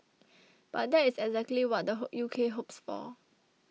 but that is exactly what the U K hopes for